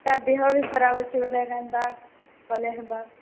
ତା' ଦେହ ବି ଖରାପ ଅଛି ବୋଇଲେ କେନ୍ତା କଲେ ହେବା